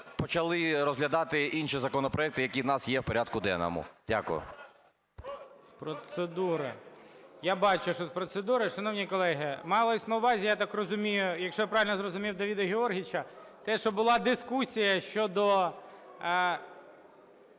почали розглядати інші законопроекти, які у нас є в порядку денному. Дякую.